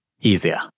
easier